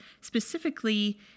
specifically